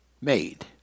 made